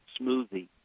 smoothie